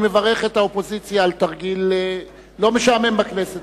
אני מברך את האופוזיציה על תרגיל לא משעמם בכנסת,